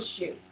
issue